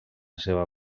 seva